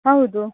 ಹೌದು